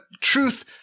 truth